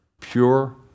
pure